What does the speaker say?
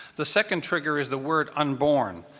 the second trigger is the word unborn.